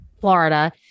Florida